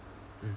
mm